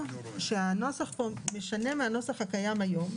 הנוסח פה משנה מהנוסח הקיים היום.